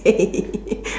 hey